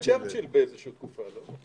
זה היה צ'רצ'יל באיזושהי תקופה, לא?